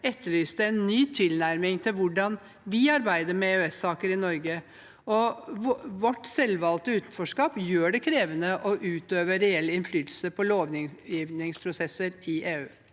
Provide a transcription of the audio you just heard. etterlyste en ny tilnærming til hvordan vi arbeider med EØS-saker i Norge. Vårt selvvalgte utenforskap gjør det krevende å utøve reell innflytelse på lovgivningsprosesser i EU.